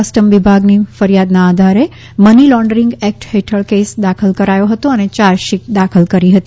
customs વિભાગની ફરિયાદના આધારે મની લોન્ડરિંગ એક્ટ હેઠળ કેસ દાખલ કર્યો હતો અને ચાર્જશીટ દાખલ કરી હતી